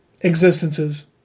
existences